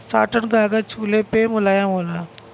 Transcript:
satin कागज छुले पे मुलायम होला